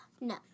No